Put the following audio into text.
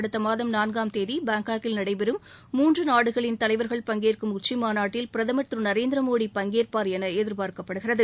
அடுத்த மாதம் நான்காம் தேதி பேங்காக்கில் நடைபெறும் மூன்று நாடுகளின் தலைவர்கள் பங்கேற்கும் உச்சிமாநாட்டில் பிரதமர் திரு நரேந்திர மோடி பங்கேற்பார் என எதிர்பார்க்கப்படுகிறது